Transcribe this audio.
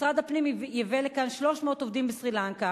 משרד הפנים ייבא לכאן 300 עובדים מסרי-לנקה,